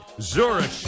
Zurich